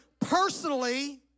personally